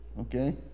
okay